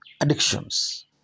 addictions